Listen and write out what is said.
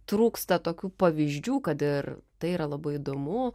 trūksta tokių pavyzdžių kad ir tai yra labai įdomu